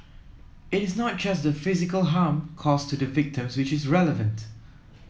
it is not just the physical harm caused to the victims which is relevant